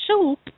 soup